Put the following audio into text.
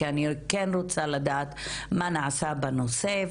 כי אני כן רוצה לדעת מה נעשה בנושא,